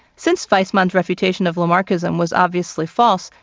since weismann's refutation of lamarckism was obviously false,